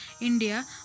India